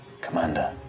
Commander